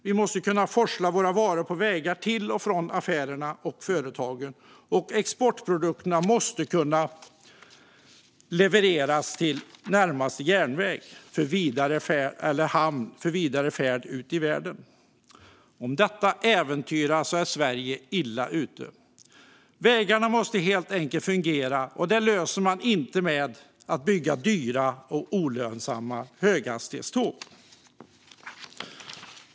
Vi måste kunna forsla våra varor på vägar till och från affärerna och företagen, och exportprodukterna måste kunna levereras till närmaste järnväg eller hamn för vidare färd ut i världen. Om detta äventyras är Sverige illa ute. Vägarna måste helt enkelt fungera, och det löser man inte med att bygga dyra och olönsamma höghastighetståg.